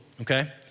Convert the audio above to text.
okay